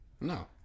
No